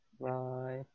Bye